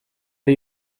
ere